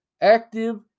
active